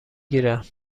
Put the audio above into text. گیرم